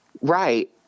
right